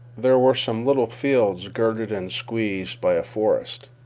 there were some little fields girted and squeezed by a forest.